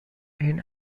این